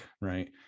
right